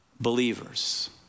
believers